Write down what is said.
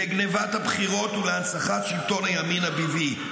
לגנבת הבחירות ולהנצחת שלטון הימין הבִּיבִי,